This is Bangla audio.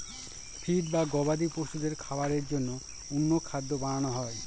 ফিড বা গবাদি পশুদের খাবারের জন্য অন্য খাদ্য বানানো হয়